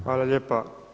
Hvala lijepa.